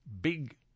big